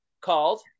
called